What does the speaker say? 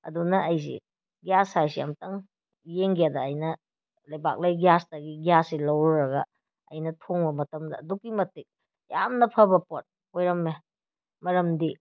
ꯑꯗꯨꯅ ꯑꯩꯁꯤ ꯒ꯭ꯌꯥꯁ ꯍꯥꯏꯕꯁꯤ ꯑꯃꯨꯛꯇꯪ ꯌꯦꯡꯒꯦꯅ ꯑꯩꯅ ꯂꯩꯕꯥꯛꯂꯩ ꯒ꯭ꯌꯥꯁꯇꯒꯤ ꯒ꯭ꯌꯥꯁꯁꯤ ꯂꯧꯔꯨꯔꯒ ꯑꯩꯅ ꯊꯣꯡꯕ ꯃꯇꯝꯗ ꯑꯗꯨꯛꯀꯤ ꯃꯇꯤꯛ ꯌꯥꯝꯅ ꯐꯕ ꯄꯣꯠ ꯑꯣꯏꯔꯝꯃꯦ ꯃꯔꯝꯗꯤ